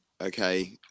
okay